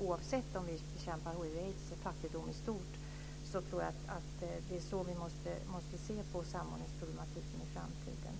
Oavsett om vi bekämpar hiv/aids eller fattigdom i stort är det så vi måste se på samordningsproblematiken i framtiden.